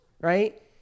right